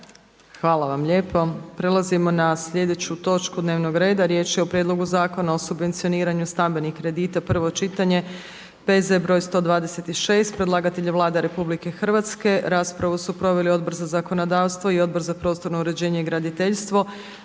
Hvala vam lijepo. Prelazimo na sljedeću točku dnevnog reda. Riječ je o: - Prijedlog zakona o subvencioniranju stambenih kredita, prvo čitanje, P.Z. br. 126; Predlagatelj je Vlada Republike Hrvatske. Raspravu su proveli Odbor za zakonodavstvo i Odbor za prostorno uređenje i graditeljstvo.